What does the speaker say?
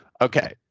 Okay